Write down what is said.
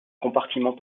compartiment